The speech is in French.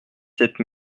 sept